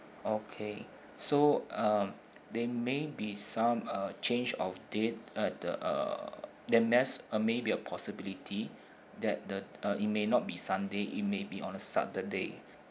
okay so uh there may be some uh change of date uh the uh they mays uh maybe a possibility that the uh it may not be sunday it may be on a saturday